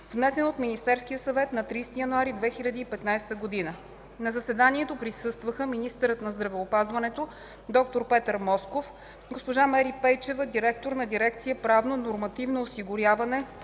внесен от Министерския съвет на 30 януари 2015 г. На заседанието присъстваха: министърът на здравеопазването д-р Петър Москов, госпожа Мери Пейчева, директор на Дирекция „Правно-нормативно осигуряване